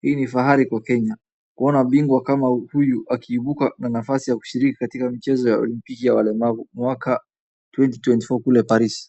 Hii ni fahari kwa Kenya kuona mbingwa kama huyu akiinuka na kushiriki Michezo ya Olimpiki ya Walemavu mwaka 2024 kule Paris.